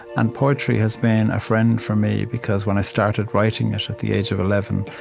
and poetry has been a friend for me because, when i started writing it at the age of eleven,